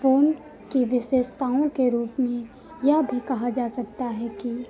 phone की विशेषताओं के रूप में यह भी कहा जा सकता है कि